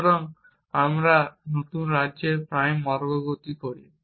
সুতরাং আমরা নতুন রাজ্যের প্রাইম অগ্রগতি করি